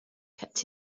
kept